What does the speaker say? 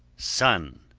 sun.